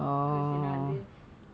because ஏனா வந்து:yaenaa vanthu